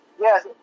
Yes